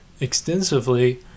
extensively